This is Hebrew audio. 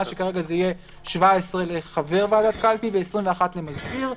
שכרגע זה יהיה 17 לחבר ועדת קלפי ו-21 למזכיר קלפי.